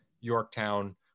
Yorktown